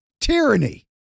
Tyranny